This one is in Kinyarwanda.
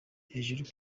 hejuru